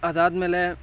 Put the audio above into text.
ಅದಾದಮೇಲೆ